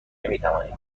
نمیتوانید